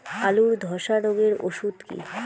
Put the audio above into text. আলুর ধসা রোগের ওষুধ কি?